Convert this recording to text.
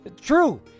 True